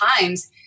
times